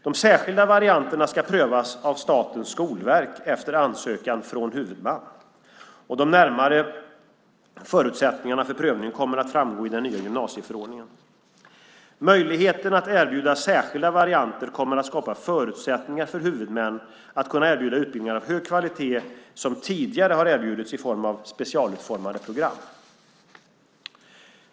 De särskilda varianterna ska prövas av Statens skolverk efter ansökan från huvudman. De närmare förutsättningarna för prövningen kommer att framgå av den nya förordningen. Möjligheten att erbjuda särskilda varianter kommer att skapa förutsättningar för huvudmän att erbjuda utbildningar av hög kvalitet som tidigare erbjudits i form av specialutformade program.